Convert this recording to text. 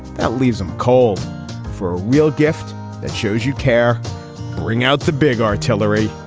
that leaves them cold for a real gift that shows you care bring out the big artillery,